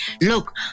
Look